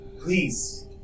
Please